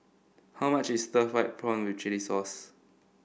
how much is Stir Fried Prawn with Chili Sauce